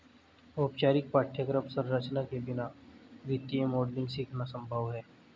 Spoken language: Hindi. औपचारिक पाठ्यक्रम संरचना के बिना वित्तीय मॉडलिंग सीखना संभव हैं